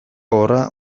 gogorra